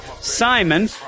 Simon